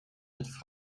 het